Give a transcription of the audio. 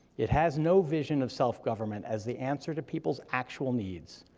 it has no vision of self-government as the answer to people's actual needs.